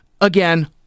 again—